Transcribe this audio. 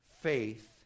faith